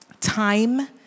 time